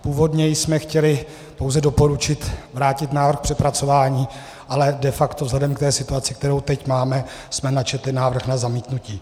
Původně jsme chtěli pouze doporučit vrátit návrh k přepracování, ale de facto vzhledem k té situaci, kterou teď máme, jsme načetli návrh na zamítnutí.